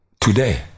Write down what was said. today